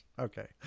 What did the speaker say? Okay